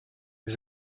des